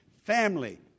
Family